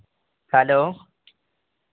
hello